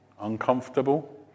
Uncomfortable